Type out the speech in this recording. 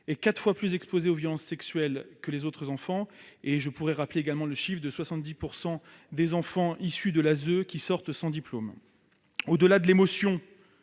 est quatre fois plus exposé aux violences sexuelles que les autres enfants ... Je pourrai encore rappeler que 70 % des enfants issus de l'ASE sortent sans diplôme. Au-delà de l'émotion